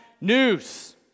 news